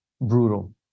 brutal